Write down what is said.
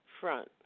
front